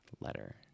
letter